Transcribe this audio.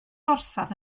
orsaf